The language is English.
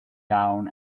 town